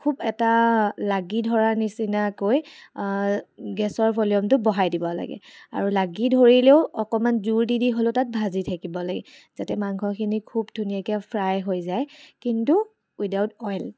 খুব এটা লাগি ধৰাৰ নিচিনাকৈ গেছৰ ভলিউমটো বঢ়াই দিব লাগে আৰু লাগি ধৰিলেও অকণমান জোৰ দি দি হ'লেও তাত ভাজি থাকিব লাগে যাতে মাংসখিনি খুব ধুনীয়াকৈ ফ্ৰাই হৈ যায় কিন্তু ৱিডাউট অইল